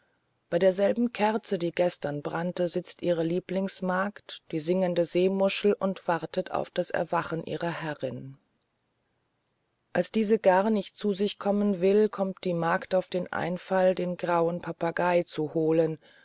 bei derselben kerze die gestern brannte sitzt ihre lieblingsmagd die singende seemuschel und wartet auf das erwachen ihrer herrin als diese gar nicht zu sich kommen will kommt die magd auf den einfall den grauen papagei zu holen